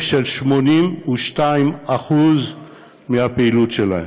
בהיקף של 82% מהפעילות שלהם.